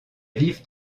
vivent